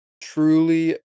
truly